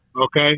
Okay